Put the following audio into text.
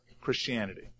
Christianity